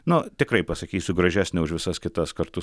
nu tikrai pasakysiu gražesnė už visas kitas kartu